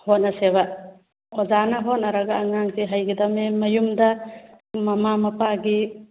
ꯍꯣꯠꯅꯁꯦꯕ ꯑꯣꯖꯥꯅ ꯍꯣꯠꯅꯔꯒ ꯑꯉꯥꯡꯁꯦ ꯍꯩꯒꯗꯃꯦ ꯃꯌꯨꯝꯗ ꯃꯃꯥ ꯃꯄꯥꯒꯤ